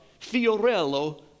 Fiorello